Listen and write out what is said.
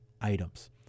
items